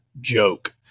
joke